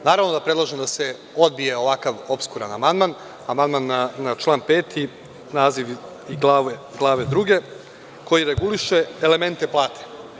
Naravno da predlažem da se odbije ovakav opskuran amandman, amandman na član 5. i naziv Glave 2, koji reguliše elemente plate.